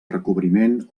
recobriment